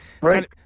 right